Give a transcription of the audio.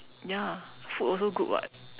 ya food also good [what]